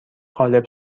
قالب